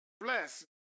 bless